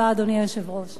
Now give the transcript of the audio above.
תודה, גברתי.